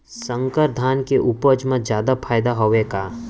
संकर धान के उपज मा जादा फायदा हवय का?